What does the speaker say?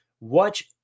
watch